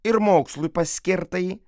ir mokslui paskirtai